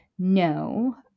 No